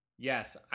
Yes